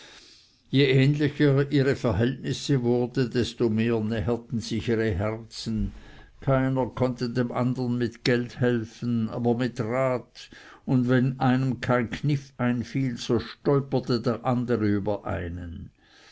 je ähnlicher ihre verhältnisse wurden desto mehr näherten sich ihre herzen keiner konnte dem andern mit geld helfen aber mit rat und wenn einem kein kniff einfiel so stolperte der andere über einen